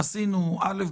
עשינו א',